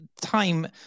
Time